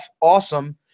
awesome